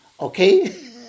Okay